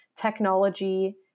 technology